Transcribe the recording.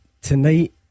Tonight